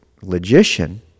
logician